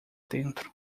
dentro